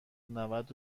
نود